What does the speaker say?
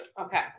okay